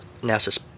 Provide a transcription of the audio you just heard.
NASA